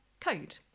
code